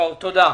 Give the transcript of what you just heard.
תודה.